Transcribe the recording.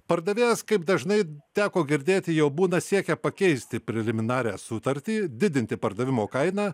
pardavėjas kaip dažnai teko girdėti jau būna siekia pakeisti preliminarią sutartį didinti pardavimo kainą